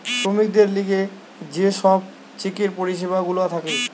শ্রমিকদের লিগে যে সব চেকের পরিষেবা গুলা থাকে